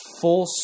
full